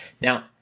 Now